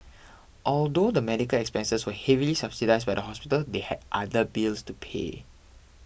although the medical expenses were heavily subsidised by the hospital they had other bills to pay